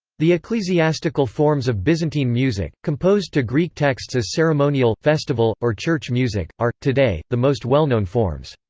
the ecclesiastical forms of byzantine music, composed to greek texts as ceremonial, festival, or church music, are, today, the most well-known forms.